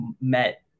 Met